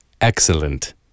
excellent